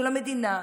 של המדינה,